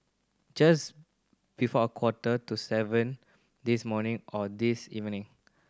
just before a quarter to seven this morning or this evening